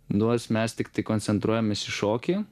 duos mes tiktai koncentruojamės į šokį